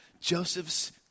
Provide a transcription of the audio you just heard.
Joseph's